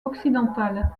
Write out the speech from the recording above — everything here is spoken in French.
occidentale